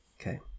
Okay